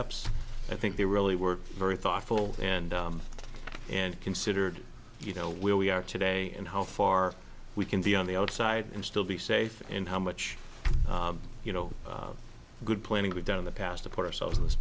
ups i think they really were very thoughtful and and considered you know where we are today and how far we can be on the outside and still be safe in how much you know good planning we've done in the past to put ourselves in this